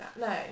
No